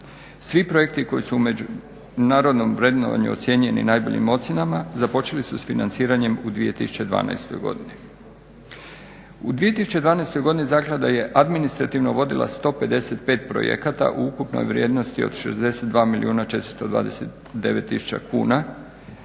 Svi projekti koji su međunarodnom vrednovanju ocijenjeni najboljim ocjenama započeli su s financiranjem u 2012.godini. U 2012.godini zaklada je administrativno vodila 155 projekata u ukupnoj vrijednosti od 62 milijuna 429 tisuća